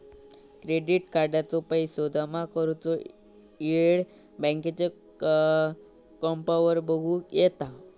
credit कार्डाचो पैशे जमा करुचो येळ बँकेच्या ॲपवर बगुक येता